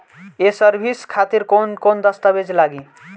ये सर्विस खातिर कौन कौन दस्तावेज लगी?